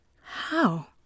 How